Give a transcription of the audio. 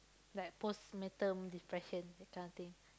like postpartum depression that kind of thing